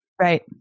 Right